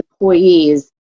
employees